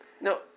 No